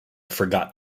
forgot